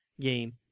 game